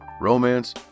romance